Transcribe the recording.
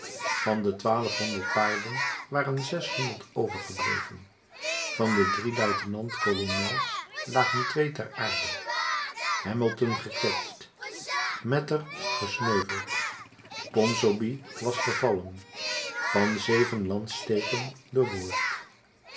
van de twaalfhonderd paarden waren zeshonderd overgebleven van de drie luitenant kolonels lagen twee ter aarde hamilton gekwetst mater gesneuveld ponsonby was gevallen van zeven lanssteken